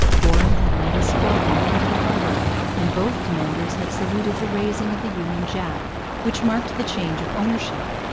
warren had led his squadron into the harbour and both commanders had saluted the raising of the union jack which marked the change of ownership.